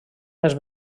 més